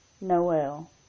Noel